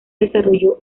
desarrolló